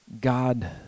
God